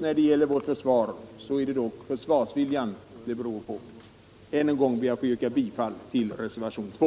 När det gäller vårt försvar är det ändå ytterst försvarsviljan det beror på. Än en gång ber jag att få yrka bifall till reservationen 2.